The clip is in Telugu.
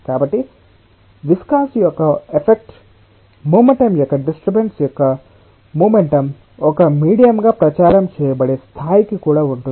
కాబట్టి విస్కాసిటి యొక్క ఎఫెక్ట్ మొమెంటం యొక్క డిస్టర్బన్స్ యొక్క ముమెంటం ఒక మీడియంగా ప్రచారం చేయబడే స్థాయికి కూడా ఉంటుంది